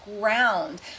ground